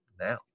now